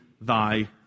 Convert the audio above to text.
thy